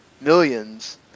Millions